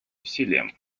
усилиям